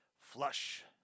flush